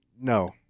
No